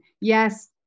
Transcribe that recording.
yes